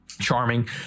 charming